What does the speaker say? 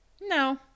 No